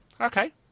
okay